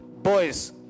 boys